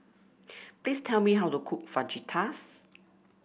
please tell me how to cook Fajitas